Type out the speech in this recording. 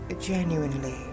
genuinely